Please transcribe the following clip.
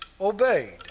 obeyed